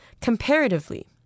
comparatively